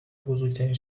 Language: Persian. بزرگترین